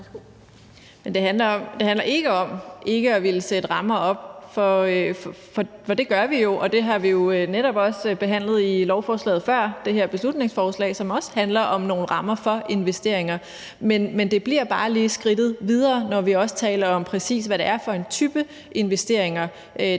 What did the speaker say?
Det handler ikke om ikke at ville sætte rammer op for dem, for det gør vi jo. Det gjaldt jo netop også i forbindelse med det lovforslag, som vi behandlede før det her beslutningsforslag, og som også handler om nogle rammer for investeringer. Men det bliver bare lige skridtet videre, når vi også taler om, præcis hvad det er for en type investeringer, der